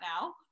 now